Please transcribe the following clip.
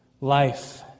life